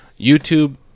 YouTube